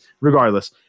regardless